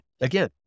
again